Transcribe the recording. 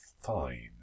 fine